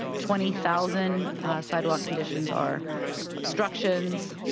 twenty thousand sidewalk conditions are obstructions,